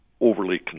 overly